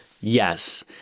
Yes